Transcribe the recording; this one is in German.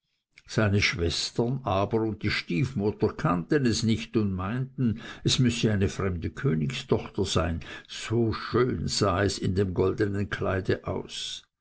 seine schwestern aber und die stiefmutter kannten es nicht und meinten es müsse eine fremde königstochter sein so schön sah es in dem goldenen kleide aus